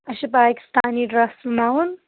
اَسہِ چھِ پاکِستانی ڈرٛس سُوناوُن